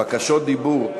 בקשות דיבור.